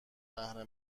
بهره